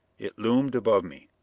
it loomed above me,